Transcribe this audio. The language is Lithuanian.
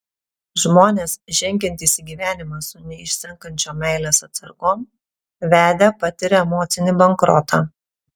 žmonės žengiantys į gyvenimą su neišsenkančiom meilės atsargom vedę patiria emocinį bankrotą